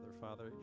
Father